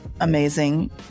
Amazing